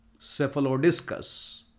cephalodiscus